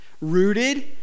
Rooted